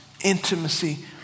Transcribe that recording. intimacy